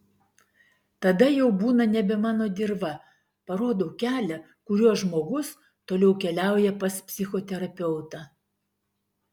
tada jau būna nebe mano dirva parodau kelią kuriuo žmogus toliau keliauja pas psichoterapeutą